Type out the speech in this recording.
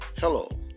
Hello